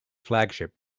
flagship